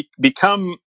become